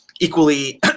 equally